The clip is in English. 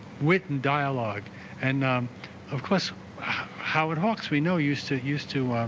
wit and dialogue and of course howard hawks we know used to used to